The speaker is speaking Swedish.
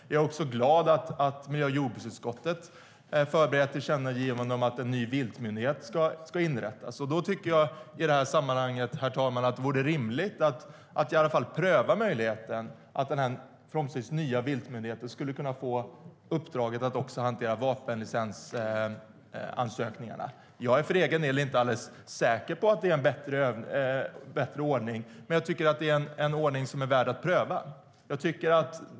Jag är också glad att miljö och jordbruksutskottet har förberett ett tillkännagivande om att en viltmyndighet ska inrättas. Då vore det, herr talman, rimligt att i det sammanhanget pröva möjligheten att en viltmyndighet skulle få uppdraget att hantera vapenlicensansökningarna. För egen del är jag inte säker på att det är en bättre ordning, men det är en ordning värd att pröva.